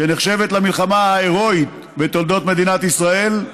שנחשבת למלחמה ההרואית בתולדות מדינת ישראל,